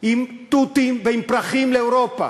עם תותים ועם פרחים לאירופה,